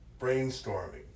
brainstorming